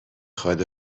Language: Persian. خواد